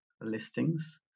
listings